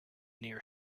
near